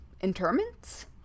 interments